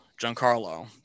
Giancarlo